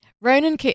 Ronan